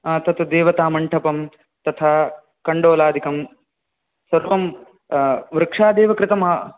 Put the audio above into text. आ तत् देवतामण्टपं तथा कण्डोलाधिकं सर्वं वृक्षादेव कृतं